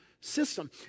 system